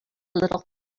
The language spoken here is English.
little